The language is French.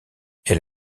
elle